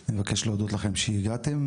אני מבקש להודות לכם שהגעתם,